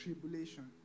tribulation